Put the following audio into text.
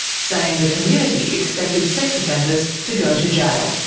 saying the community expected sex offenders to go to jail.